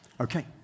Okay